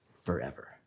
forever